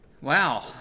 wow